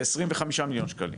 ב-25,000,000 שקלים.